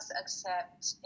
accept